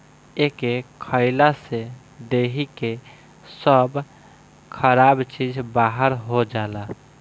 एके खइला से देहि के सब खराब चीज बहार हो जाला